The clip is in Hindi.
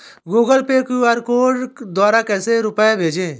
गूगल पे क्यू.आर द्वारा कैसे रूपए भेजें?